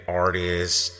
artists